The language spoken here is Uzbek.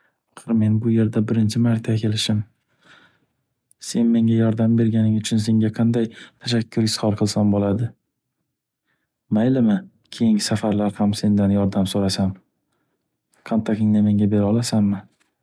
Axir men bu yerda birinchi marta kelishim. Sen menga yordam berganing uchun senga qanday tashakkur izhor qilsam bo’ladi? Maylimi, keyingi safarlar ham sendan yordam so’rasam? Kontaktingni menga bera olasanmi?